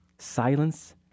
silence